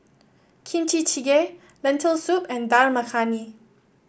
Kimchi Jjigae Lentil Soup and Dal Makhani